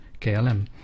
KLM